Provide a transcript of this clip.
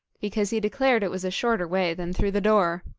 because he declared it was a shorter way than through the door